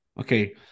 Okay